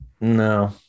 No